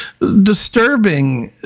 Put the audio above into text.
disturbing